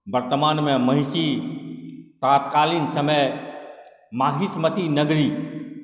वर्त्तमानमे महिषी तात्कालीन समय माहिष्मति नगरी